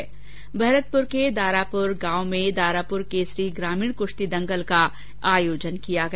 ्भरतपुर के दारापुर गांव में दारापुर केसरी ग्रामीण कुश्ती दंगल का आयोजन किया गया